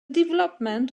development